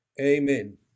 Amen